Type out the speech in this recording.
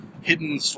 hidden